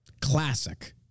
Classic